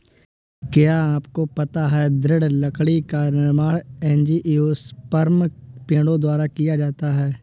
क्या आपको पता है दृढ़ लकड़ी का निर्माण एंजियोस्पर्म पेड़ों द्वारा किया जाता है?